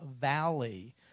Valley